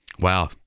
Wow